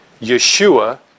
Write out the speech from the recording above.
Yeshua